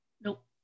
nope